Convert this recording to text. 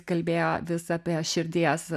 kalbėjo vis apie širdies